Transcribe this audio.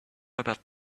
about